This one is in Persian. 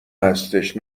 هستش